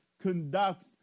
conduct